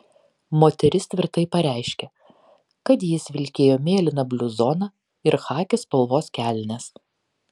moteris tvirtai pareiškė kad jis vilkėjo mėlyną bluzoną ir chaki spalvos kelnes